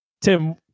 Tim